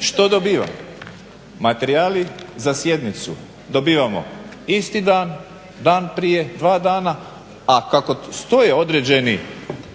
Što dobivam? Materijali za sjednicu dobivamo isti dan, dan prije, dva dana a kako stoje određeni